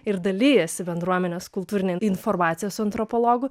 ir dalijasi bendruomenės kultūrine informacija su antropologu